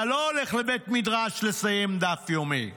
אתה לא הולך לבית מדרש לסיים דף יומי".